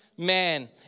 Man